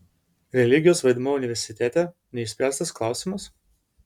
religijos vaidmuo universitete neišspręstas klausimas